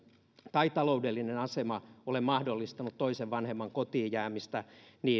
tai taloudellinen asema ole mahdollistanut toisen vanhemman kotiin jäämistä